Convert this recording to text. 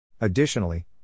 Additionally